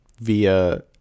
via